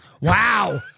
Wow